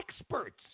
experts